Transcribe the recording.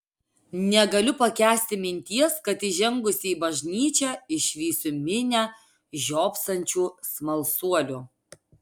negaliu pakęsti minties kad įžengusi į bažnyčią išvysiu minią žiopsančių smalsuolių